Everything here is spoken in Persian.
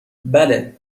بله